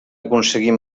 aconseguir